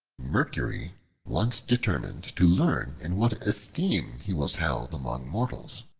mercury once determined to learn in what esteem he was held among mortals.